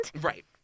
right